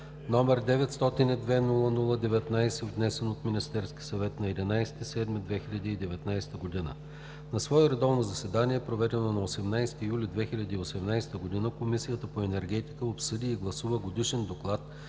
г., № 902-00-19, внесен от Министерския съвет на 11 юли 2019 г. На свое редовно заседание, проведено на 18 юли 2018 г., Комисията по енергетика обсъди и гласува Годишен доклад